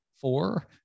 four